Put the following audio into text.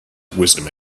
wisdom